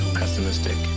pessimistic